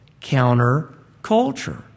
Counterculture